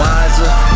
Wiser